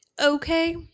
okay